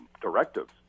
directives